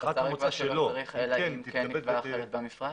אלא אם תתקיים דרישה אחרת במפרט?